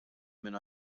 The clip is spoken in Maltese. minn